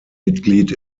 mitglied